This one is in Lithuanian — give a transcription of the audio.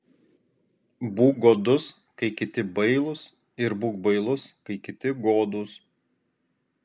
būk godus kai kiti bailūs ir būk bailus kai kiti godūs